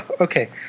okay